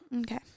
Okay